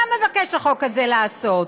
מה מבקש החוק הזה לעשות?